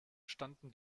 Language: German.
standen